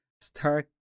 start